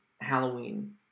Halloween